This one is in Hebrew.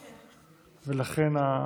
ולכן,